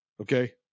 okay